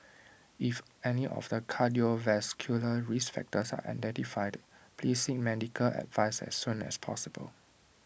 if any of the cardiovascular risk factors are identified please seek medical advice as soon as possible